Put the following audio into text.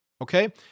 okay